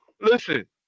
Listen